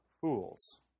fools